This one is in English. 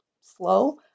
slow